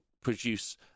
produce